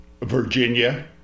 Virginia